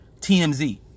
TMZ